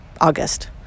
August